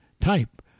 type